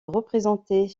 représenter